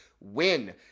win